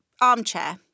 armchair